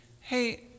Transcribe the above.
hey